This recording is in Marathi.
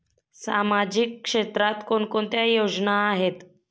सामाजिक क्षेत्रात कोणकोणत्या योजना आहेत?